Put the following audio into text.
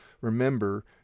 Remember